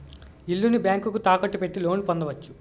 ఇల్లుని బ్యాంకుకు తాకట్టు పెట్టి లోన్ పొందవచ్చు